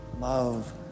love